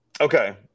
okay